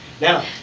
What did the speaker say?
Now